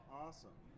awesome